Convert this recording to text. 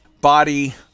Body